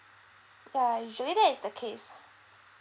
ya usually that is the case